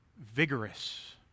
vigorous